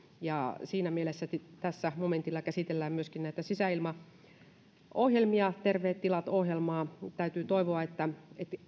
ja siinä mielessä tässä momentilla käsitellään myöskin näitä sisäilmaohjelmia terveet tilat ohjelmaa täytyy toivoa että